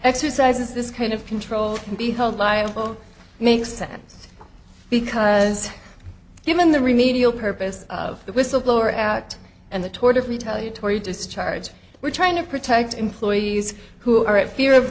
exercises this kind of control can be held liable makes sense because given the remedial purpose of the whistleblower act and the toward a retaliatory discharge we're trying to protect employees who are at fear of